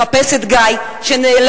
לחפש את גיא שנעלם,